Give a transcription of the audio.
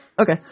Okay